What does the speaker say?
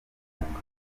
inkunga